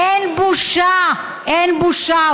אין בושה, אין בושה.